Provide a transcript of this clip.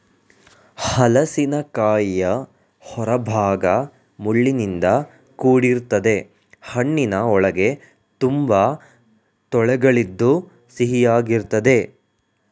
ಹಲಸಿನಕಾಯಿಯ ಹೊರಭಾಗ ಮುಳ್ಳಿನಿಂದ ಕೂಡಿರ್ತದೆ ಹಣ್ಣಿನ ಒಳಗೆ ತುಂಬಾ ತೊಳೆಗಳಿದ್ದು ಸಿಹಿಯಾಗಿರ್ತದೆ